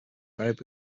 buried